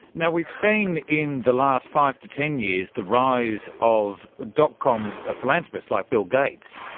now, we've seen in the last five to ten years the rise of dot. com ah philanthropists like bill gates.